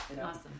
Awesome